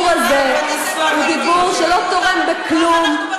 בעיני הדיבור הזה הוא דיבור שלא תורם כלום,